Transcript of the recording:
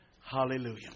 Hallelujah